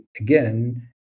again